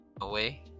away